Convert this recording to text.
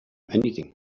anything